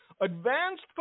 advanced